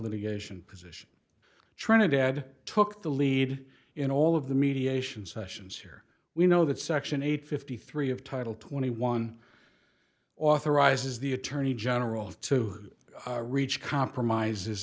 litigation position trinidad took the lead in all of the mediation sessions here we know that section eight fifty three of title twenty one authorizes the attorney general to reach compromises